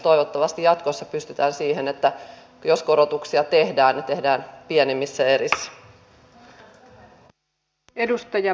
toivottavasti jatkossa pystytään siihen että jos korotuksia tehdään ne tehdään pienemmissä erissä